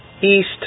east